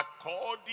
according